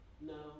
No